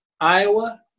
Iowa